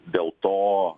dėl to